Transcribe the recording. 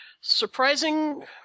Surprising